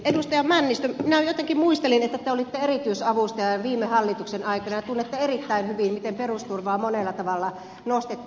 edustaja männistö minä jotenkin muistelin että te olitte erityisavustaja viime hallituksen aikana ja tunnette erittäin hyvin sen miten perusturvaa monella tavalla nostettiin